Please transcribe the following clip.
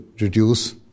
reduce